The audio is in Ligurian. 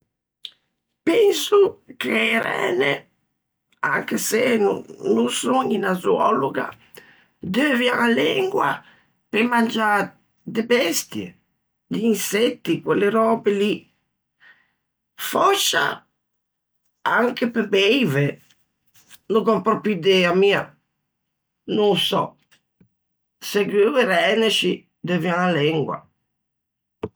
Penso che e ræne, anche se no son unna zoòloga, deuvian a lengua pe mangiâ de bestie, di insetti, quelle röbe lì. Fòscia anche pe beive, no gh'ò pròpio idea, mia. No ô sò. Seguo e ræne, scì, deuvian a lengua.